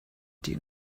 ṭih